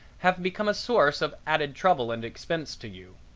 have become a source of added trouble and expense to you.